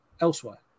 elsewhere